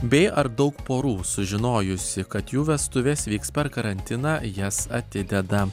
bei ar daug porų sužinojusi kad jų vestuvės vyks per karantiną jas atideda